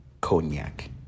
cognac